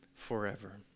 forever